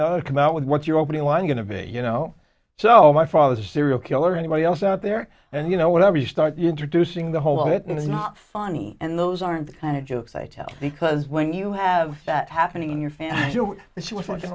know come out with what your opening was going to be you know so my father's a serial killer or anybody else out there and you know whatever you start introducing the whole of it is not funny and those aren't the kind of jokes i tell because when you have that happening in your family you that she was going